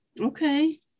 Okay